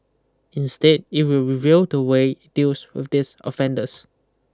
instead it will review the way it deals with these offenders